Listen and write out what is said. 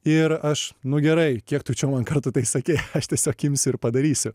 ir aš nu gerai kiek tu čia man kartų tai sakei aš tiesiog imsiu ir padarysiu